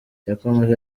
yakomeje